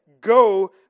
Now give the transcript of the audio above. go